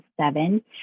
seven